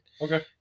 Okay